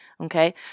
Okay